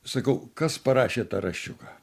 sakau kas parašė tą raščiuką